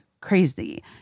crazy